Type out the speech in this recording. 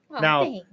Now